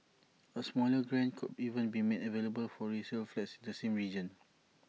A smaller grant could even be made available for resale flats the same region